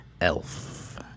Elf